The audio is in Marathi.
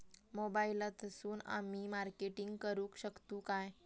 मोबाईलातसून आमी मार्केटिंग करूक शकतू काय?